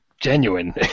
genuine